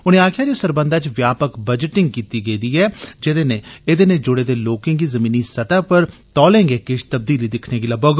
उनें आक्खेया जे इस सरबंघा इच व्यापक बजटिंग कीती गेदी ऐ जेदे नै एहदे नै जुड़े दे लोकें गी जमीनी स्तर पर तौले गै किश तब्दीली दिक्खने गी लब्बौग